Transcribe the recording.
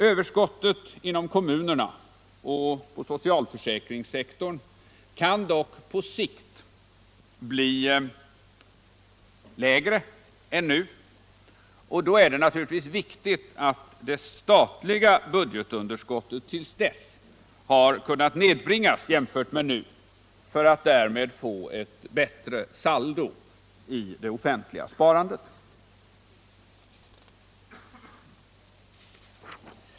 Överskottet inom kommunerna och på socialförsäkringssektorn kan dock på sikt komma att bli lägre än nu, och då är det naturligtvis viktigt att det statliga budgetunderskottet till dess har kunnat nedbringas så att man får ett bättre saldo i det offentliga sparandet.